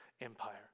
Empire